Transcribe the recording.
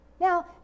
Now